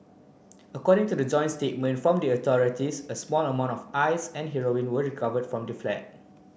according to the joint statement from the authorities a small amount of ice and heroin were recovered from the flat